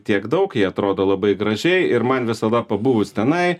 tiek daug jie atrodo labai gražiai ir man visada pabuvus tenai